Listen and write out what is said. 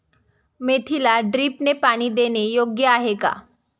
मेथीला ड्रिपने पाणी देणे योग्य आहे का?